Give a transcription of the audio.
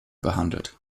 behandelt